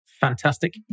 Fantastic